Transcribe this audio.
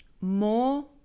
more